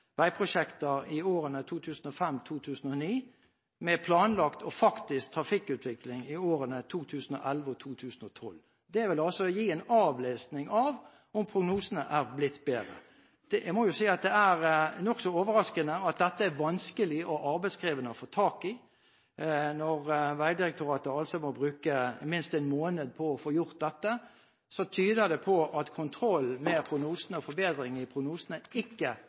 veiprosjekter i årene 2005–2009 med planlagt og faktisk trafikkutvikling i årene 2011–2012. Det vil gi en avlesning av om prognosene er blitt bedre. Det er nokså overraskende at dette er vanskelig og arbeidskrevende å få tak i. Når Vegdirektoratet må bruke minst en måned på å få gjort dette, tyder det på at kontrollen med prognosene og forbedringer i prognosene ikke